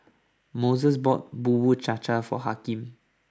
Mose bought Bubur Cha Cha for Hakeem